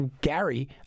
gary